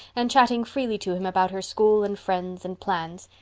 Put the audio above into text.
and chatting freely to him about her school and friends and plans.